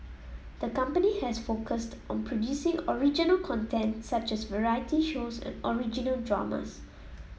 the company has focused on producing original content such as variety shows and original dramas